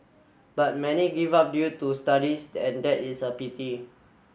but many give up due to studies and that is a pity